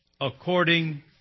according